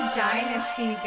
dynasty